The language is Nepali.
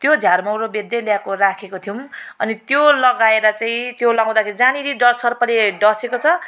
त्यो झारमौरो बेच्दै ल्याएको राखेको थियौँ अनि त्यो लगाएर चाहिँ त्यो लगाउँदाखेरि जहाँनेरि ड सर्पले डसेको छ